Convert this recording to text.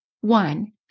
One